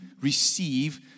receive